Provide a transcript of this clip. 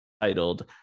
titled